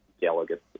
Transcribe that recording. delegates